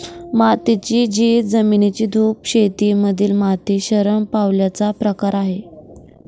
मातीची झीज, जमिनीची धूप शेती मधील माती शरण पावल्याचा प्रकार आहे